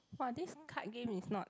!wah! this card game is not